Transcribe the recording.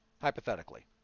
hypothetically